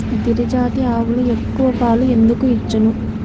గిరిజాతి ఆవులు ఎక్కువ పాలు ఎందుకు ఇచ్చును?